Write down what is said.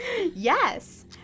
Yes